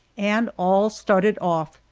and all started off,